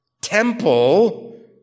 temple